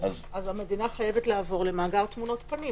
אז המדינה חייבת לעבור למאגר תמונות פנים.